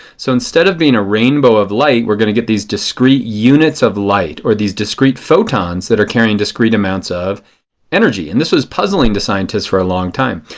so instead of being a rainbow of light we are going to get these discrete units of light or these discrete protons that are carrying discrete amounts of energy. and this was puzzling to scientists for a long time.